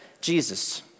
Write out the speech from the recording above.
Jesus